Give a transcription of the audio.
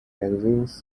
magazines